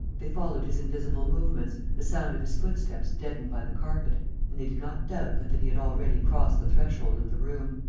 they followed his invisible movements, the sound of his footsteps deadened by the carpet and they did not doubt but that he had already crossed the threshold of the room.